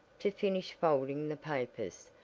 to finish folding the papers.